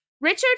Richard